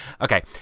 Okay